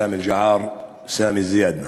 סאמי אל-ג'עאר וסאמי א-זיאדנה.